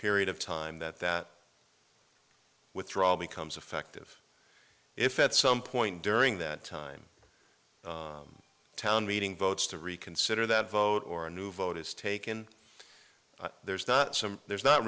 period of time that that withdrawal becomes effective if at some point during that time town meeting votes to reconsider that vote or a new vote is taken there's not some there's not